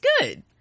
good